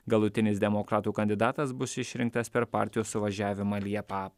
galutinis demokratų kandidatas bus išrinktas per partijos suvažiavimą liepą